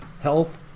health